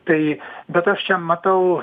tai bet aš čia matau